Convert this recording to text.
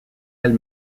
elle